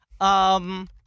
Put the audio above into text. Um-